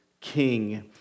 king